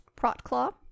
protclaw